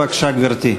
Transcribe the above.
בבקשה, גברתי.